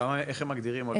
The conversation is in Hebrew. איך הם מגדירים עולה חדש?